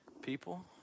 people